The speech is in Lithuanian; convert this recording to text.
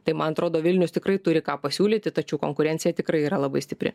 tai man atrodo vilnius tikrai turi ką pasiūlyti tačiau konkurencija tikrai yra labai stipri